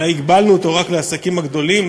אלא הגבלנו אותו רק לעסקים הגדולים,